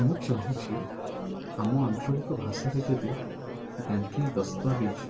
ମୁଁ ଚାହୁଁଛି ଆମ ଆଞ୍ଚଳିକ ଭାଷାରେ ଯଦି ବ୍ୟାଙ୍କିଙ୍ଗ୍ ଦସ୍ତାବିଜ୍